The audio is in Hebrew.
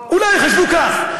אולי חשבו כך.